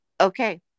Okay